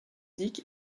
dick